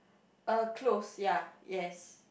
uh close ya yes